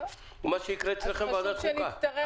מה שיקרה אצלכם בוועדת חוקה.